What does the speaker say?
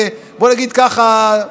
בוא נגיד ככה: